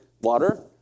water